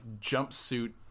jumpsuit